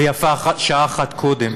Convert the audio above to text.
ויפה שעה אחת קודם.